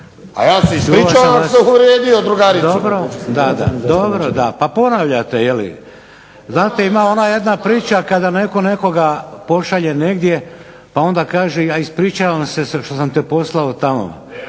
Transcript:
A ja se ispričavam ako sam uvrijedio drugaricu. **Šeks, Vladimir (HDZ)** Dobro, da, da. Pa ponavljate je li. Znate ima ona jedna priča kada netko nekoga pošalje negdje pa onda kaže ispričavam se što sam te poslao tamo,